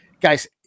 Guys